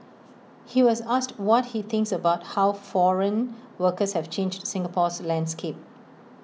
he was asked what he thinks about how foreign workers have changed Singapore's landscape